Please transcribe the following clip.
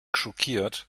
schockiert